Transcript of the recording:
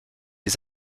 des